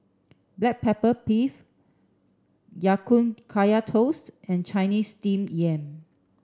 black pepper beef Ya Kun Kaya Toast and Chinese steam yam